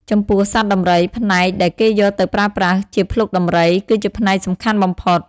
ចំពោះសត្វដំរី ផ្នែកដែលគេយកទៅប្រើប្រាស់ជាភ្លុកដំរី គឺជាផ្នែកសំខាន់បំផុត។